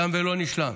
תם ולא נשלם.